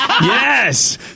Yes